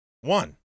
one